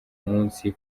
munsi